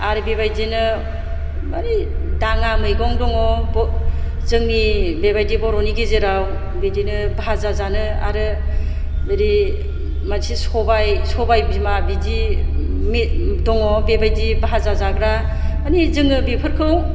आरो बेबायदिनो माने दाङा मैगं दङ जोंनि बेबायदि बर'नि गेजेराव बिदिनो भाजा जानो आरो बिदि मोनसे सबाय सबाय बिमा बिदि दङ बेबायदि भाजा जाग्रा माने जोङो बेफोरखौ